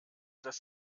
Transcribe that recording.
dass